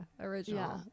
original